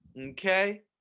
Okay